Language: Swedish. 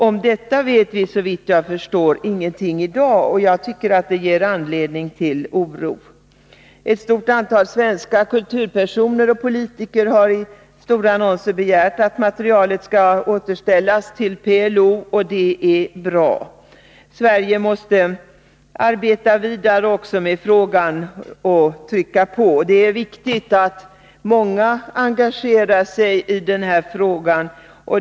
Om detta vet vi såvitt jag förstår ingenting i dag. Jag tycker att det ger anledning till oro. Ett stort antal svenska kulturpersoner och politiker har i stora annonser begärt att materialet skall återställas till PLO, och det är bra. Sverige måste arbeta vidare med frågan och trycka på. Det är viktigt att många engagerar sig i den här frågan.